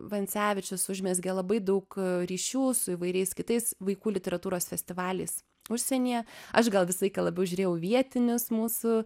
vancevičius užmezgė labai daug ryšių su įvairiais kitais vaikų literatūros festivaliais užsienyje aš gal vis aiką labiau žiūrėjau vietinius mūsų